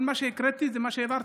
כל מה שהקראתי זה מה שהעברתי.